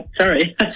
sorry